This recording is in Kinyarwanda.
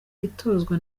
itozwa